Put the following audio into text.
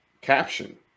caption